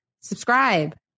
Subscribe